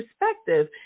perspective